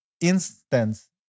instance